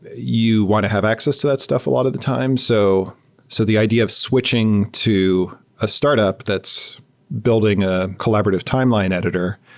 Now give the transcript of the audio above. you want to have access to that stuff a lot of the time. so so the idea of switching to a startup that's building a collaborative timeline editor,